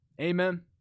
Amen